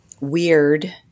weird